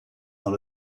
dans